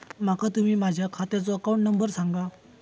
माका तुम्ही माझ्या खात्याचो अकाउंट नंबर सांगा?